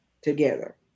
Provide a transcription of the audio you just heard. together